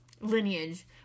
lineage